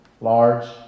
large